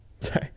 Sorry